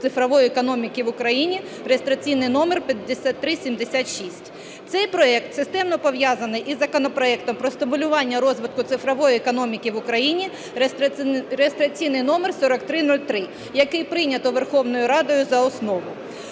цифрової економіки в Україні (реєстраційний номер 5376). Цей проект системно пов'язаний із законопроектом про стимулювання розвитку цифрової економіки в Україні (реєстраційний номер 4303), який прийнято Верховною Радою за основу.